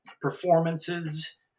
performances